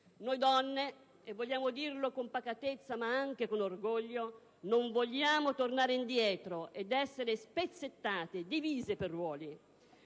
Noi donne - e vogliamo dirlo con pacatezza ma anche con orgoglio - non vogliamo tornare indietro ed essere spezzettate, divise per ruoli.